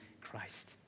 Christ